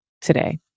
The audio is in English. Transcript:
today